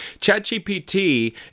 ChatGPT